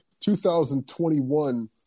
2021